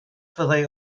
fyddai